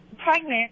pregnant